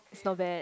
it's not bad